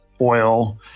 oil